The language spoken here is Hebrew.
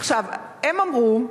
עכשיו, הם אמרו,